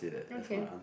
okay